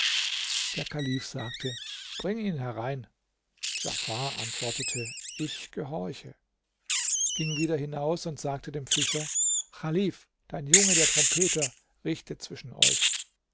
der kalif sagte bring ihn herein djafar antwortete ich gehorche ging wieder hinaus und sagte dem fischer chalif dein junge der trompeter richte zwischen euch